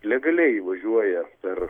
legaliai įvažiuoja per